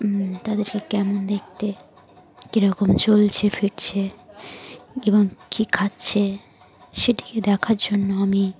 তাদেরকে কেমন দেখতে কীরকম চলছে ফিরছে এবং কী খাচ্ছে সেটিকে দেখার জন্য আমি